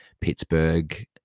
Pittsburgh